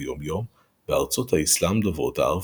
היום-יום בארצות האסלאם דוברות הערבית.